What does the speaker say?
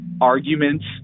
arguments